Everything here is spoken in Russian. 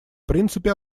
принципе